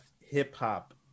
hip-hop